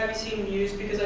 and seen muse because